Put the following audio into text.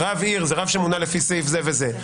רב עיר זה רב שמונה לפי סעיף זה וזה,